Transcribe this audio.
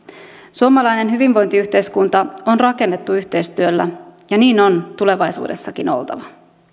suomalainen hyvinvointiyhteiskunta on rakennettu yhteistyöllä ja niin on tulevaisuudessakin oltava